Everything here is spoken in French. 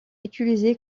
utilisé